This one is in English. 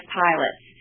pilots